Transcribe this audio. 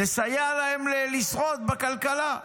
לסייע להם לשרוד בכלכלה.